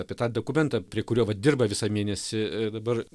apie tą dokumentą prie kurio va dirba visą mėnesį dabar